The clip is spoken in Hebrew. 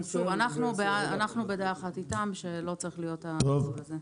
אנחנו בדעה אחת איתם שלא צריכה להיות המגבלה הזאת.